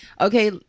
okay